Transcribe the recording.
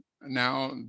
now